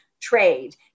trade